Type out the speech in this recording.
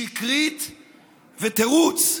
שקרית ותירוץ.